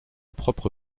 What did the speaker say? propre